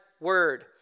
word